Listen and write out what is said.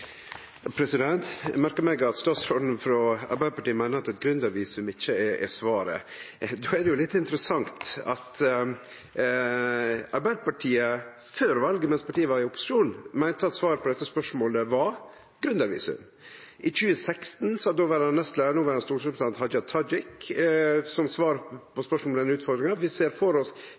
Eg merker meg at statsråden frå Arbeidarpartiet meiner at eit gründervisum ikkje er svaret. Då er det litt interessant at Arbeidarpartiet før valet, mens partiet var i opposisjon, meinte at svaret på dette spørsmålet var: gründervisum. I 2016 sa dåverande nestleiar og noverande stortingsrepresentant Hadia Tajik som svar på spørsmål om denne utfordringa: «Vi ser for oss